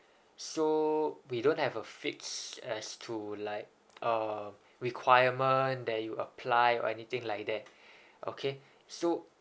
so we don't have a fixe as to like uh requirement that you apply or anything like that okay so